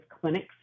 clinics